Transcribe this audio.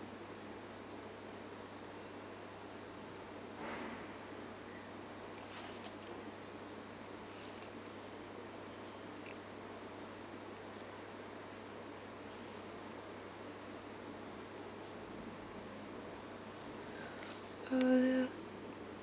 uh